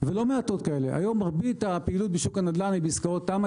לא מעטות היום מרבית הפעילות בשוק הנדל"ן היא בעסקאות תמ"א.